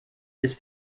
ist